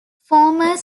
former